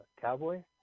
Cowboy